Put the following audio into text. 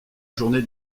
journée